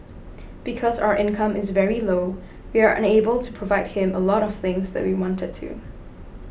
because our income is very low we are unable to provide him a lot of things that we wanted to